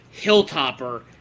Hilltopper